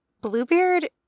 Bluebeard